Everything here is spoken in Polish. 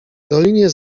dolinie